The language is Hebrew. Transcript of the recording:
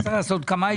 נצטרך לעשות כמה ישיבות.